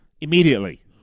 immediately